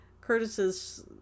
Curtis's